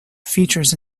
features